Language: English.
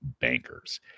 bankers